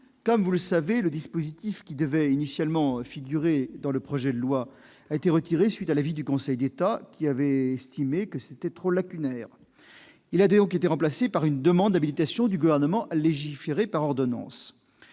comme vous le savez, le dispositif qui devait initialement figurer dans le projet de loi a été retiré à la suite de l'avis du Conseil d'État, qui l'a estimé trop lacunaire. Il a donc été remplacé par une demande d'habilitation du Gouvernement à légiférer par ordonnance.